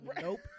Nope